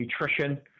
nutrition